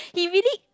he really